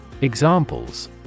Examples